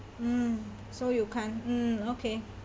mm so you come mm okay